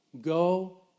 Go